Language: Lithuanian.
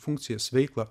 funkcijas veiklą